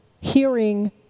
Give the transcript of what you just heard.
hearing